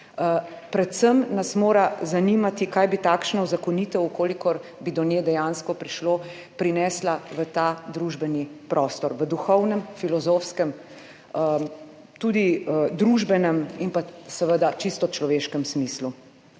predvsem nas mora zanimati, kaj bi takšna uzakonitev, če bi do nje dejansko prišlo, prinesla v ta družbeni prostor, v duhovnem, filozofskem, tudi družbenem in seveda čisto človeškem smislu.